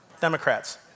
Democrats